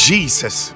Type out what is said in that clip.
Jesus